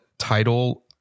Title